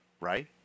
right